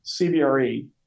CBRE